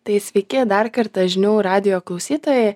tai sveiki dar kartą žinių radijo klausytojai